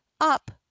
up